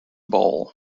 bowl